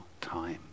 time